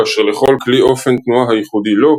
כאשר לכל כלי אופן תנועה הייחודי לו,